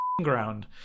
ground